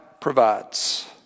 provides